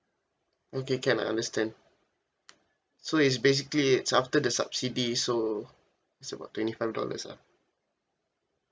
okay can I understand so is basically is after the subsidy so it's about twenty five dollars lah